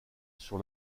sur